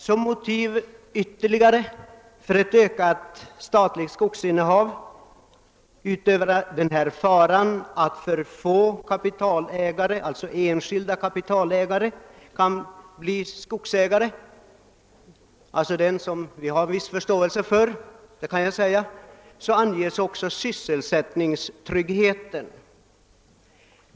Som ytterligare motiv för ett ökat statligt skogsinnehav — utöver faran för att ett fåtal stora enskilda kapitalstarka ägare kommer att äga skogen, en farhåga som vi har förståelse för — anges sysselsättningstryggheten.